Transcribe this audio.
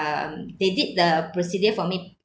um they did the procedure for me